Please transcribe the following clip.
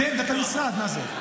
זאת עמדת המשרד, מה זה?